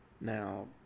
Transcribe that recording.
now